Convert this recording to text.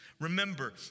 Remember